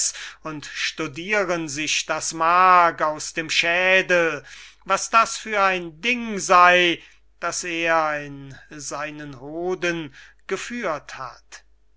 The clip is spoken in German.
und studiren sich das mark aus dem schädel was das für ein ding sey das er in seinen hoden geführt hat